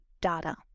data